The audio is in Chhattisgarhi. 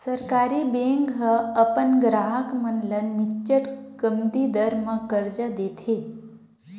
सहकारी बेंक ह अपन गराहक मन ल निच्चट कमती दर म करजा देथे